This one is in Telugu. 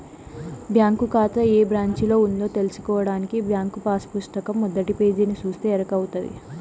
బ్యాంకు కాతా ఏ బ్రాంచిలో ఉందో తెల్సుకోడానికి బ్యాంకు పాసు పుస్తకం మొదటి పేజీని సూస్తే ఎరకవుతది